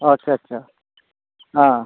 আচ্ছা আচ্ছা হ্যাঁ